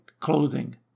clothing